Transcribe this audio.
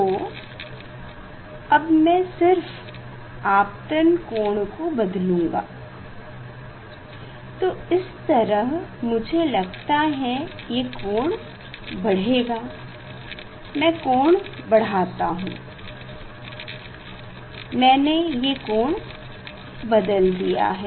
तो अब मैं सिर्फ आपतन कोण को बदलुंगा तो इस तरह मुझे लगता है ये कोण बढ़ेगा मै कोण बढ़ाता हूँ मैने ये कोण बादल दिया है